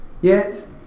Yes